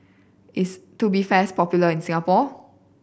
is Tubifast popular in Singapore